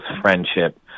friendship